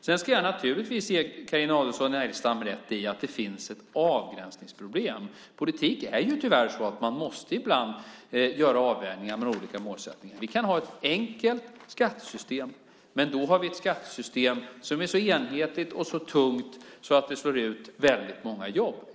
Jag ska naturligtvis ge Carina Adolfsson Elgestam rätt i att det finns ett avgränsningsproblem. I politik måste man ibland göra avvägningar mellan olika målsättningar. Vi kan ha ett enkelt skattesystem, men då har vi ett skattesystem som är så enhetligt och tungt att det slår ut många jobb.